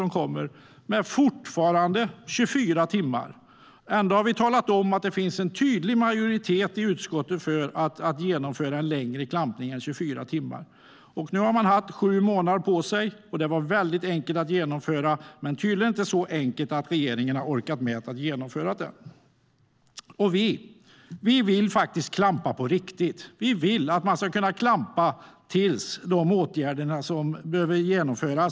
Men fortfarande är det 24 timmar som gäller. Då har vi ändå talat om att det finns en tydlig majoritet i utskottet för att genomföra en längre klampning än 24 timmar. Nu har man haft sju månader på sig. Det var väldigt enkelt att genomföra, men tydligen inte så enkelt att regeringen har orkat med att genomföra den. Vi vill att man ska kunna klampa på riktigt. Vi vill att man ska kunna klampa tills de åtgärder som behöver vidtas har vidtagits.